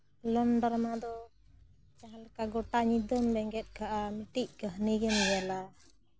ᱞᱚᱝ drama ᱫᱚ ᱡᱟᱦᱟᱸ ᱞᱮᱠᱟ ᱜᱳᱴᱟ ᱧᱤᱫᱟᱹᱢ ᱵᱮᱸᱜᱮᱫ ᱠᱟᱜᱼᱟ ᱢᱤᱫᱴᱤᱡ ᱠᱟᱹᱦᱱᱤ ᱜᱮᱢ ᱧᱮᱞᱟ